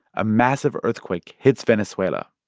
a massive earthquake hits venezuela,